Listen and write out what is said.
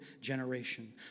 generation